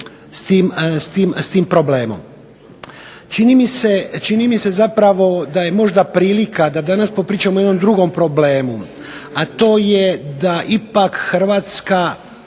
s tim problemom. Čini mi se zapravo da je možda prilika da danas popričamo o jednom drugom problemu, a to je da ipak Hrvatska